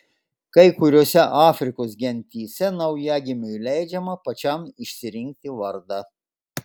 kai kuriose afrikos gentyse naujagimiui leidžiama pačiam išsirinkti vardą